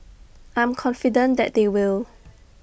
I'm confident that they will